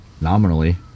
nominally